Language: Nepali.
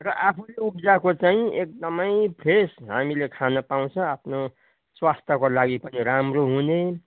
र आफूले उब्जाएको चाहिँ एकदमै फ्रेस हामीले खान पाउँछ आफ्नो स्वास्थ्यको लागि पनि राम्रो हुने